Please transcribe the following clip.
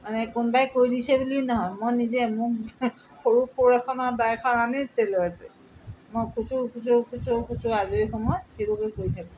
মানে কোনোবাই কৰি দিছে বুলি নহয় মই নিজে মোৰ সৰু কোৰ এখন আৰু দাৰ এখন আনিছিলোঁ মই খোচোৰ খোচোৰ খোচোৰ খোচোৰ আজৰি সময়ত সেইবোৰকেই কৰি থাকোঁ